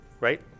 right